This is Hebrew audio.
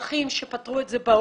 בדרכים שפתרו את זה בעולם,